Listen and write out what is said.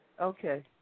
Okay